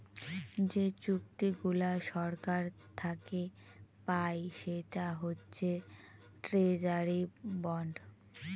যে চুক্তিগুলা সরকার থাকে পায় সেটা হচ্ছে ট্রেজারি বন্ড